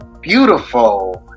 beautiful